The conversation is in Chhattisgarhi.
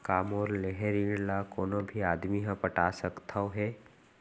का मोर लेहे ऋण ला कोनो भी आदमी ह पटा सकथव हे?